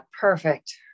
perfect